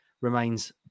remains